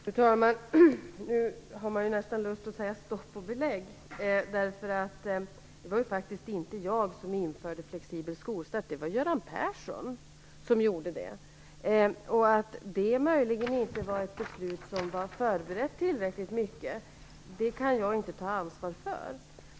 Fru talman! Nu har jag nästan lust att säga: Stopp och belägg! Det var faktiskt inte jag som införde flexibel skolstart. Det var Göran Persson som gjorde det. Att det möjligen inte var ett beslut som var förberett tillräckligt mycket kan inte jag ta ansvar för.